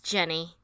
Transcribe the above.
Jenny